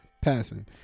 passing